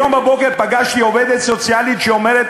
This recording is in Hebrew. היום בבוקר פגשתי עובדת סוציאלית שאומרת